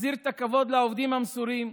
נחזיר את הכבוד לעובדים המסורים,